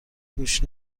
گوش